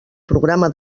programa